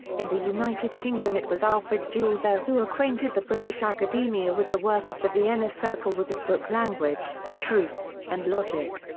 in the united kingdom it was alfred jules ayer who acquainted the british academia with the work of the vienna circle with his book language, truth, and logic.